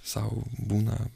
sau būna